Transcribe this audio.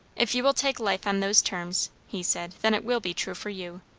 if you will take life on those terms, he said, then it will be true for you,